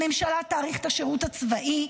הממשלה תאריך את השירות הצבאי,